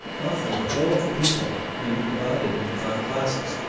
roughly, the whole of the people may be divided into five classes.